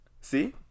See